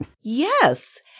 yes